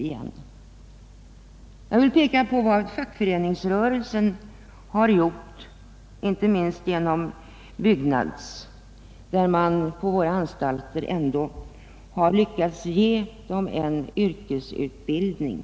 Jag vill också peka på vad fackföreningsrörelsen har gjort, inte minst genom Byggnads. Tack vare fackförbundens medverkan har man lyckats ge de intagna en yrkesutbildning.